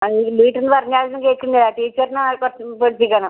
അത് വീട്ടിൽ നിന്ന് പറഞ്ഞാലൊന്നും കേൾക്കുന്നില്ല ടീച്ചറിനെ കുറച്ച് പേടിപ്പിക്കണം